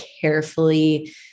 carefully